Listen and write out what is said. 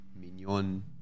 Mignon